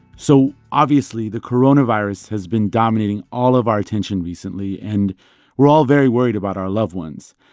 so, obviously, the coronavirus has been dominating all of our attention recently, and we're all very worried about our loved ones.